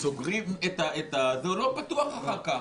הוא פתוח אחר כך.